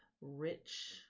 rich